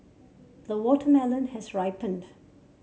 the watermelon has ripened